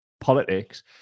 politics